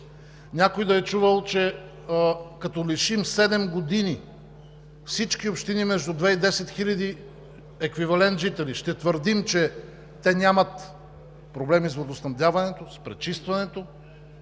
Някой да е чувал, че като лишим седем години всички общини между 2 и 10 хиляди еквивалент жители, ще твърдим, че те нямат проблеми с водоснабдяването, с пречистването?